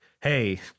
hey